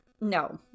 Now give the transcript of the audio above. no